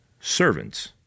servants